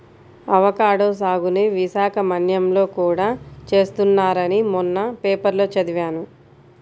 avocado సాగుని విశాఖ మన్యంలో కూడా చేస్తున్నారని మొన్న పేపర్లో చదివాను